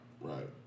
right